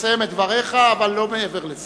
תסיים את דבריך, אבל לא מעבר לזה.